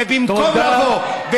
ובמקום לבוא, תודה.